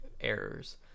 errors